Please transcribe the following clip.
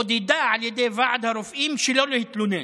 עודד על ידי ועד הרופאים שלא להתלונן,